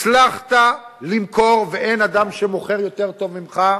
הצלחת למכור, ואין אדם שמוכר יותר טוב ממך,